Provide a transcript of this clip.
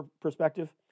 perspective